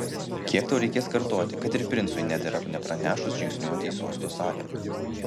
kiek tau reikės kartoti kad ir princui nedera nepranešus žingsniuoti į sosto salę